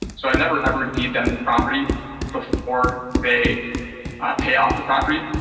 so i never ever deed them the property before they pay off the property.